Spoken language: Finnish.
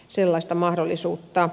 mitäs muuta